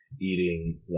eating